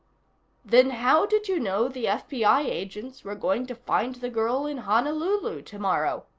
then how did you know the fbi agents were going to find the girl in honolulu tomorrow?